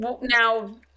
now